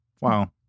Wow